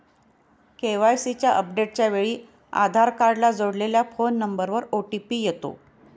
KYC अपडेटच्या वेळी आधार कार्डला जोडलेल्या फोन नंबरवर ओ.टी.पी येतो